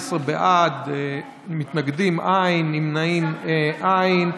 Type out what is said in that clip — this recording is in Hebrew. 17 בעד, מתנגדים, אין, נמנעים, אין.